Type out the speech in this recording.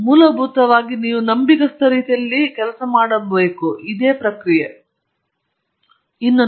ಆದರೆ ಮೂಲಭೂತವಾಗಿ ನೀವು ನಂಬಿಗಸ್ತ ರೀತಿಯಲ್ಲಿ ಕೆಲಸ ಮಾಡಬಹುದಾದ ಪ್ರಕ್ರಿಯೆ ಎಂದು ನಂಬಬೇಕು